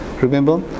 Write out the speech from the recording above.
Remember